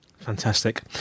Fantastic